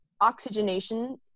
oxygenation